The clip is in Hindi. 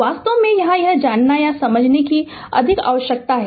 वास्तव में यहां जानना है कि समझ की अधिक आवश्यकता है